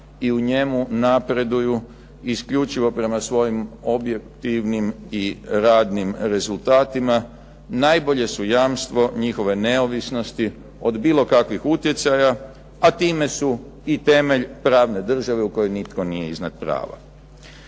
i u njemu napreduju isključivo prema svojim objektivnim i radnim rezultatima najbolje su jamstvo njihove neovisnosti od bilo kakvih utjecaja, a time su i temelj pravne države u kojoj nitko nije iznad prava.